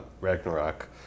Ragnarok